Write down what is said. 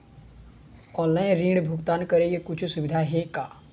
Online ऋण भुगतान करे के कुछू सुविधा हे का?